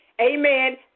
Amen